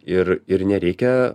ir ir nereikia